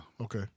Okay